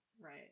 right